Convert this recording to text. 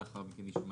ולאחר מכן נשמע